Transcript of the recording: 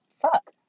fuck